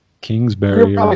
Kingsbury